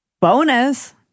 Bonus